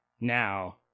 now